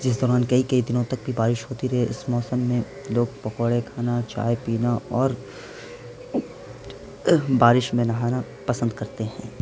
جس دوران کئی کئی دنوں تک بھی بارش ہوتی رہی ہے اس موسم میں لوگ پکوڑے کھانا چائے پینا اور بارش میں نہانا پسند کرتے ہیں